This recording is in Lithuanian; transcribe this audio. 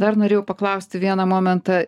dar norėjau paklausti vieną momentą